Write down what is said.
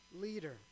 leader